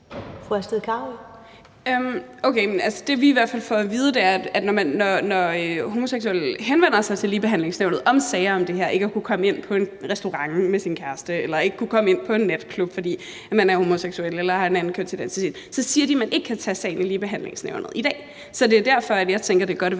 men det, vi i hvert fald har fået at vide, er, at når homoseksuelle henvender sig til Ligebehandlingsnævnet om sager om det her – ikke at kunne komme ind på en restaurant med sin kæreste eller ikke kunne komme ind på en natklub, fordi man er homoseksuel eller har en anden kønsidentitet – så siger de, at man ikke kan tage sagen op i Ligebehandlingsnævnet i dag. Så det er derfor, jeg tænker, det er godt, at